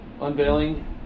unveiling